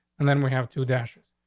and then we have two dash.